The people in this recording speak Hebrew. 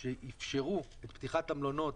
לאחר שאפשרו את פתיחת המלונות,